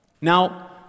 Now